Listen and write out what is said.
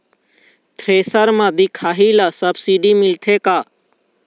Thresher म दिखाही ला सब्सिडी मिलथे का?